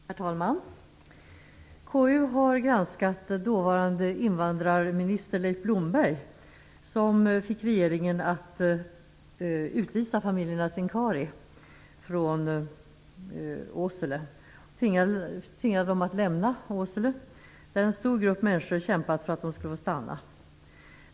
Herr talman! KU har granskat dåvarande invandrarminister Leif Blomberg som fick regeringen att utvisa familjerna Sincari från Åsele. Man tvingade dem att lämna Åsele, där en stor grupp människor kämpat för att de skulle få stanna.